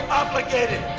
obligated